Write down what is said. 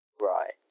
right